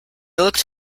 looked